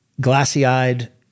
glassy-eyed